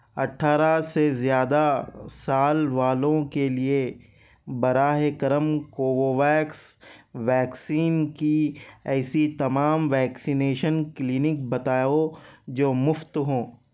اٹھارہ سے زیادہ سال والوں کے لیے براہِ کرم کووہویکس ویکسین کی ایسی تمام ویکسینیشن کلینک بتاؤ جو مفت ہوں